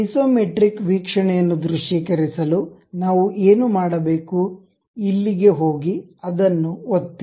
isometric ವೀಕ್ಷಣೆಯನ್ನು ದೃಶ್ಯೀಕರಿಸಲು ನಾವು ಏನು ಮಾಡಬೇಕು ಇಲ್ಲಿಗೆ ಹೋಗಿ ಅದನ್ನು ಒತ್ತಿ